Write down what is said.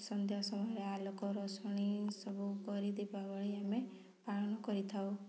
ସନ୍ଧ୍ୟା ସମୟରେ ଆଲୋକ ରୋଷଣୀ ସବୁ କରି ଦୀପାବଳି ଆମେ ପାଳନ କରିଥାଉ